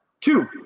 Two